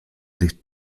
des